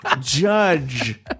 Judge